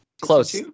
Close